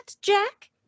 Jack